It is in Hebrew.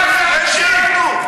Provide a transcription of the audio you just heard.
אתה המצפן שלנו?